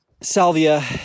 Salvia